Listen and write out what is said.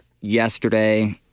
yesterday